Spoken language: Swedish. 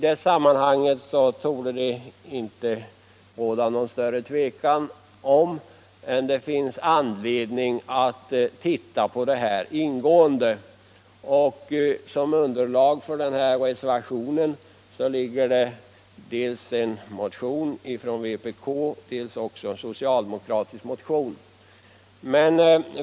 Det torde inte råda någon större tvekan om att det finns anledning att ingående undersöka denna fråga. Till underlag för reservationen ligger dels en motion från vpk, dels en socialdemokratisk motion.